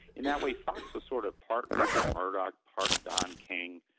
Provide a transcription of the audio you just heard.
in that way foxx was sort of part rupert murdoch, part don king.